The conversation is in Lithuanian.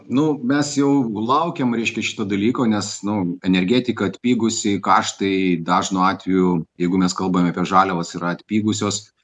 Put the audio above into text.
nu mes jau laukiam reiškia šito dalyko nes nu energetika atpigusi kaštai dažnu atveju jeigu mes kalbame apie žaliavas yra atpigusios